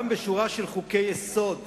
גם בשורה של חוקי-יסוד